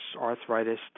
arthritis